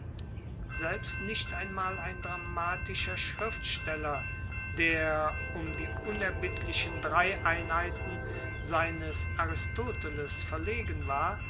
selbst nicht einmal ein dramatischer schriftsteller der um die unerbittlichen drei einheiten seines aristoteles verlegen war